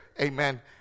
Amen